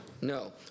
No